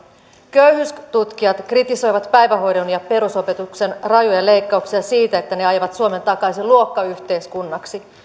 köyhyystutkijat kritisoivat päivähoidon ja perusopetuksen rajuja leikkauksia siitä että ne ajavat suomen takaisin luokkayhteiskunnaksi